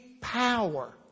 power